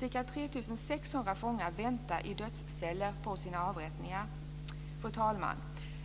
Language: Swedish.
Ca 3 600 fångar väntar i dödsceller på sina avrättningar. Fru talman!